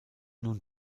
nun